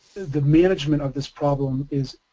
the management of this problem is,